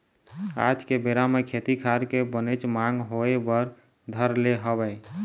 आज के बेरा म खेती खार के बनेच मांग होय बर धर ले हवय